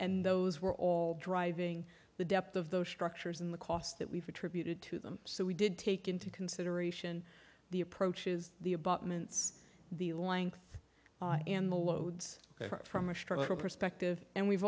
and those were all driving the depth of those structures and the cost that we've attributed to them so we did take into consideration the approaches the about ment's the length and the loads from a structural perspective and we've